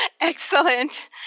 Excellent